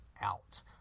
out